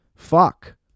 fuck